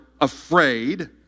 afraid